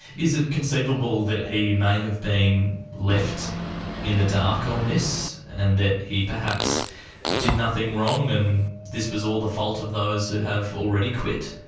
is it conceivable that he may have been left in the dark on this and that he perhaps did nothing wrong and this was all the fault of those who have already quit?